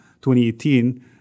2018